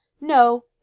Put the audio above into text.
No